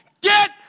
Get